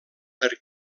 per